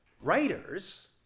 Writers